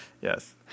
Yes